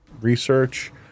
research